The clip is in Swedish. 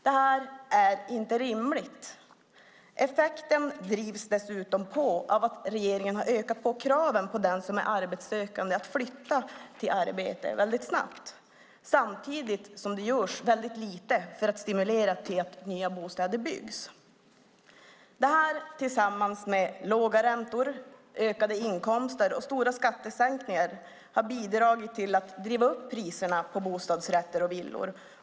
Det är inte rimligt. Effekten drivs dessutom på av att regeringen har ökat kraven på den som är arbetssökande att flytta till arbete väldigt snabbt. Samtidigt görs det väldigt lite för att stimulera till att nya bostäder byggs. Detta har tillsammans med låga räntor, ökade inkomster och stora skattesänkningar bidragit till att driva upp priserna på bostadsrätter och villor.